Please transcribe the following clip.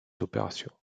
opérations